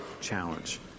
challenge